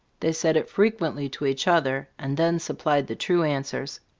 they said it frequently to each other and then supplied the true answers.